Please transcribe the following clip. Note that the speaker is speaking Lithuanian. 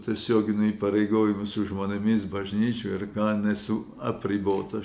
tiesioginių įpareigojimų su žmonėmis bažnyčioj ar ką nesu apribotas